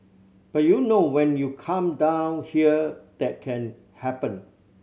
but you know when you come down here that can happen